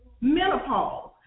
menopause